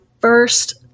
first